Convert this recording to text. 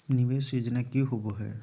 निवेस योजना की होवे है?